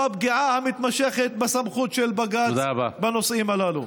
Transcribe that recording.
הפגיעה המתמשכת בסמכות של בג"ץ בנושאים הללו.